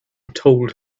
told